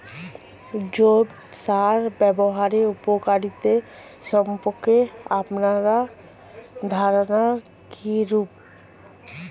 জৈব সার ব্যাবহারের উপকারিতা সম্পর্কে আপনার ধারনা কীরূপ?